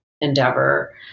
endeavor